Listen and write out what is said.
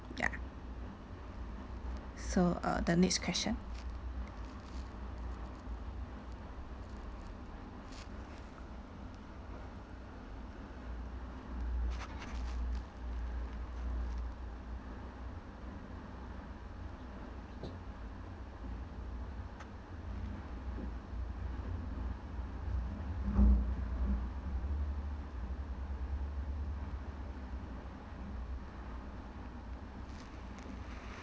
ya so uh the next question